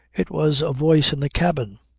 it was a voice in the cabin.